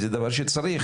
זה דבר שצריך,